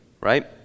right